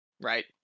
right